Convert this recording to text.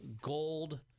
gold